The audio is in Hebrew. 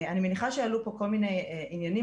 אני מניחה שיעלו פה כל מיני עניינים,